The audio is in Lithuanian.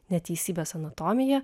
neteisybės anatomija